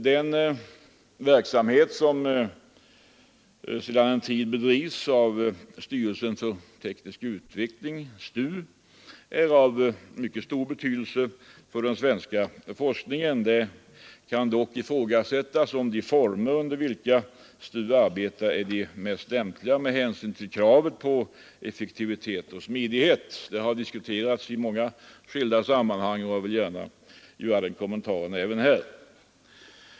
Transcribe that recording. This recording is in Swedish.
Den verksamhet som sedan en tid bedrivs av styrelsen för teknisk utveckling, STU, är av mycket stor betydelse för den svenska forskningen. Det kan dock ifrågasättas om de former under vilka STU arbetar är de mest lämpliga med hänsyn till kravet på effektivitet och smidighet; det har diskuterats i många skilda sammanhang, och jag vill göra den kommentaren även här.